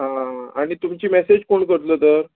आं आनी तुमची मॅसेज कोण करतलो तर